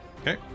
Okay